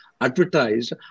advertised